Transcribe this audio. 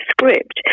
script